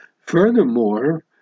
Furthermore